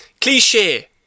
cliche